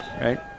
right